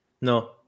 No